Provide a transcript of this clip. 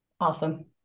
Awesome